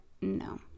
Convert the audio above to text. no